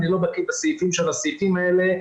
אני לא בקיא בסעיפים של הסעיפים האלה,